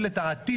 אין בעיה.